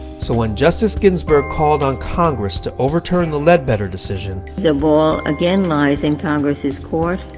so when justice ginsburg called on congress to overturn the ledbetter decision, the ball again lies in congress' court.